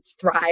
thrive